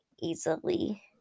easily